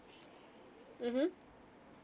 mmhmm